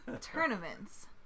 tournaments